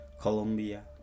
Colombia